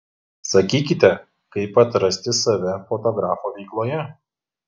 sakykite kaip atrasti save fotografo veikloje